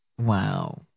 Wow